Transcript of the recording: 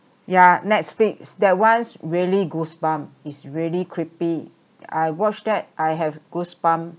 ya Netflix that one's really goose bump it's really creepy I watch that I have goose bump